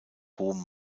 hohem